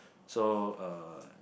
so uh